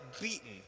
beaten